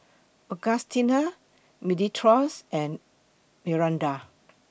Augustina Dimitrios and Miranda